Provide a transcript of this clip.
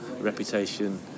reputation